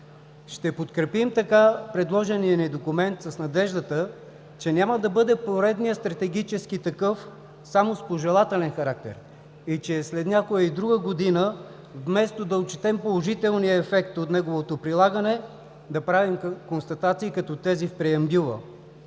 Ще подкрепим така предложения ни документ, с надеждата, че няма да бъде поредният стратегически такъв само с пожелателен характер и че след някоя и друга година, вместо да отчетем положителния ефект от неговото прилагане, да правим констатации, като тези в преамбюла,